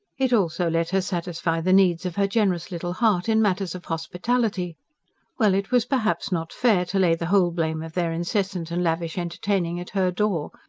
it also let her satisfy the needs of her generous little heart in matters of hospitality well, it was perhaps not fair to lay the whole blame of their incessant and lavish entertaining at her door.